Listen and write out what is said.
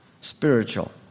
spiritual